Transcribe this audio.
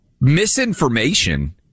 Misinformation